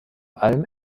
allem